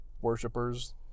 worshippers